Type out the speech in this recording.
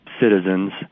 citizens